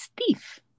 steve